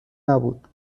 نبود